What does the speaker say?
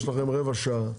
יש לכם רבע שעה,